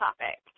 topic